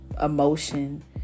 emotion